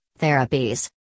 therapies